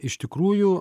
iš tikrųjų